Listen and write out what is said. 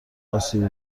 اسیبی